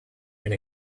and